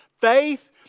Faith